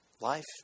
Life